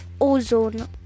Ozone